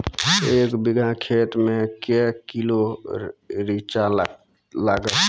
एक बीघा खेत मे के किलो रिचा लागत?